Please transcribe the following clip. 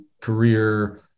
career